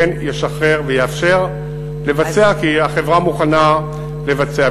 כן ישחרר ויאפשר לבצע, כי החברה מוכנה לבצע.